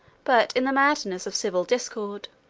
but in the madness of civil discord.